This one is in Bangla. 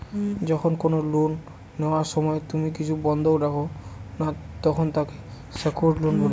যখন কোনো লোন নেওয়ার সময় তুমি কিছু বন্ধক রাখো না, তখন তাকে সেক্যুরড লোন বলে